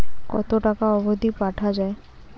কতো টাকা অবধি পাঠা য়ায়?